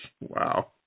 Wow